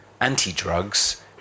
anti-drugs